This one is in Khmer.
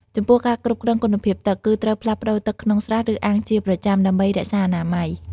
ចំពោះការគ្រប់គ្រងគុណភាពទឹក គឺត្រូវផ្លាស់ប្ដូរទឹកក្នុងស្រះ ឬអាងជាប្រចាំ ដើម្បីរក្សាអនាម័យ។